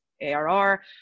ARR